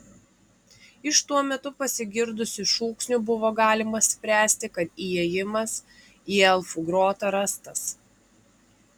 iš tuo metu pasigirdusių šūksnių buvo galima spręsti kad įėjimas į elfų grotą rastas